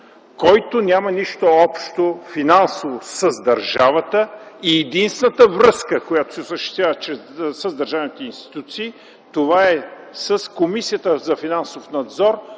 който няма нищо общо финансово с държавата и единствената връзка, която се осъществява с държавните институции, това е с Комисията за финансов надзор,